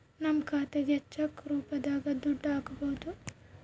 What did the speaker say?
ನಮ್ ಖಾತೆಗೆ ಚೆಕ್ ರೂಪದಾಗ ದುಡ್ಡು ಹಕ್ಬೋದು